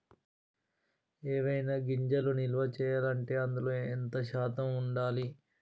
ఏవైనా గింజలు నిల్వ చేయాలంటే అందులో ఎంత శాతం ఉండాలి?